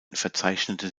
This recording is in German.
verzeichnete